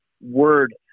word